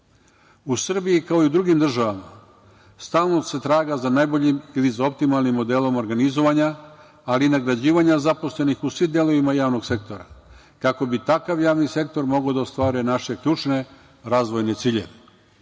Srbiji, kao i u drugim državama, stalno se traga za najboljim ili za optimalnim modelom organizovanja, ali i nagrađivanje zaposlenih u svim delovima javnog sektora kako bi takav javni sektor mogao da ostvaruje naše ključne razvojne ciljeve.